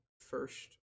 first